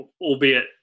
Albeit